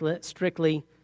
strictly